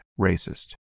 racist